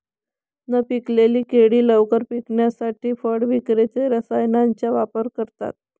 न पिकलेली केळी लवकर पिकवण्यासाठी फळ विक्रेते रसायनांचा वापर करतात